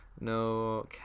no